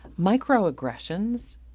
Microaggressions